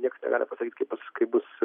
nieks negali pasakyt kaip bus kaip bus